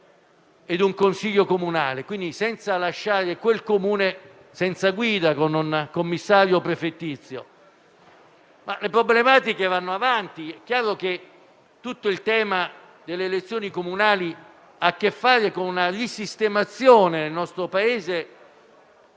e un consiglio comunale, evitando di lasciare quel Comune senza guida, con un commissario prefettizio. Le problematiche proseguono: è chiaro che tutto il tema delle elezioni comunali ha a che fare con una risistemazione del quadro